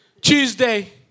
Tuesday